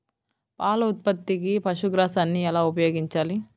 పాల ఉత్పత్తికి పశుగ్రాసాన్ని ఎలా ఉపయోగించాలి?